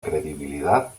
credibilidad